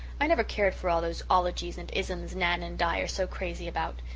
i never cared for all those ologies and isms nan and di are so crazy about.